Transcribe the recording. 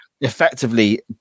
effectively